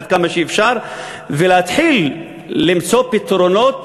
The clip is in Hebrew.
עד כמה שאפשר, ולהתחיל למצוא פתרונות